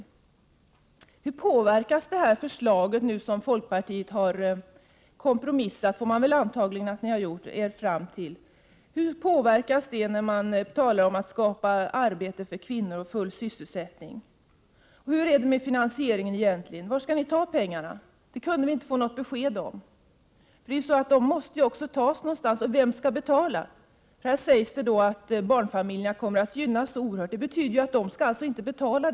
Vilken påverkan blir det när det gäller det förslag som folkpartiet nu har kompromissat sig fram till — för man får väl anta att ni har kompromissat — med tanke på talet om att man skall skapa arbete för kvinnor och full sysselsättning, och hur blir det egentligen med finansieringen? Var skall ni ta pengarna? Detta kunde vi inte få något besked om. Pengarna måste tas någonstans, men vem skall betala? Det sägs att barnfamiljerna kommer att gynnas oerhört mycket, och det måste betyda att de inte skall betala.